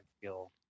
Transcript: feel